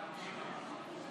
ההצעה לא נתקבלה.